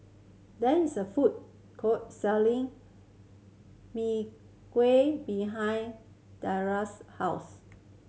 there is a food court selling Mee Kuah behind house